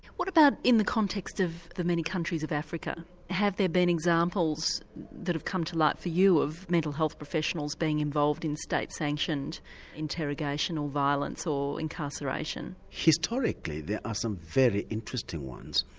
what about in the context of many countries of africa have there been examples that have come to light for you of mental health professionals being involved in state sanctioned interrogational violence or incarceration? historically there are some very interesting ones,